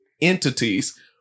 entities